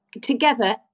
together